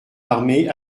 armée